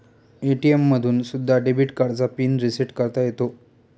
ATM मधून सुद्धा debit कार्डचा पिन रिसेट करता येतो